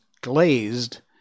glazed